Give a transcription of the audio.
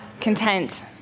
content